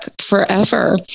forever